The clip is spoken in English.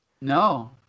No